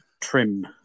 Trim